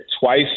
twice